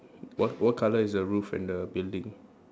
what what colour is the roof and the building